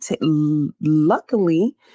luckily